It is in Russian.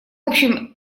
общем